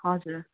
हजुर